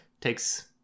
takes